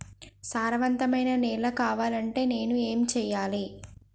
సారవంతమైన నేల కావాలంటే నేను ఏం చెయ్యాలే?